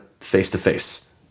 face-to-face